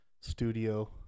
studio